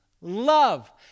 Love